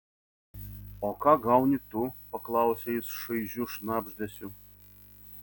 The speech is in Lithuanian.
o ką gauni tu paklausė jis šaižiu šnabždesiu